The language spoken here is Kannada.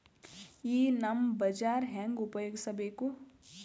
ಈ ನಮ್ ಬಜಾರ ಹೆಂಗ ಉಪಯೋಗಿಸಬೇಕು?